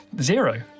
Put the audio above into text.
Zero